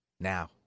Now